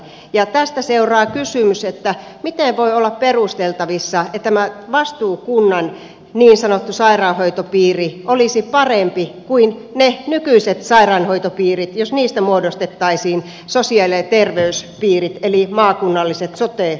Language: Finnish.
ja tästä seuraa kysymys miten voi olla perusteltavissa että tämä vastuukunnan niin sanottu sairaanhoitopiiri olisi parempi kuin ne nykyiset sairaanhoitopiirit jos niistä muodostettaisiin sosiaali ja terveyspiirit eli maakunnalliset sote alueet